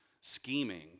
scheming